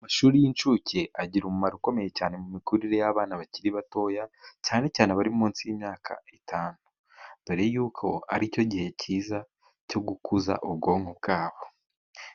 Amashuri y'incuke agira umumaro ukomeye cyane mu mikurire y'abana bakiri batoya, cyane cyane abari munsi y'imyaka itanu dore yuko ari cyo gihe cyiza cyo gukuza ubwonko bwabo.